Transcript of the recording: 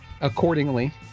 accordingly